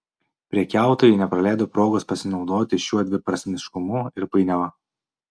prekiautojai nepraleido progos pasinaudoti šiuo dviprasmiškumu ir painiava